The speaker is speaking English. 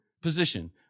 position